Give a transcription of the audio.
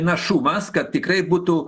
našumas kad tikrai būtų